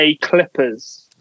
Clippers